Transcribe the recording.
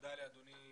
תודה לאדוני